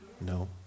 No